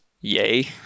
yay